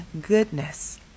goodness